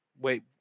wait